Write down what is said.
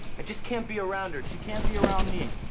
i just can't be around her, she can't be around me.